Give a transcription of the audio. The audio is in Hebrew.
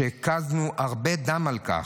הקזנו הרבה דם על כך,